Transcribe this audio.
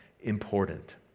important